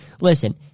listen